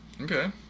Okay